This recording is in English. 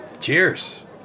Cheers